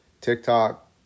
TikTok